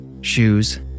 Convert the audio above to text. Shoes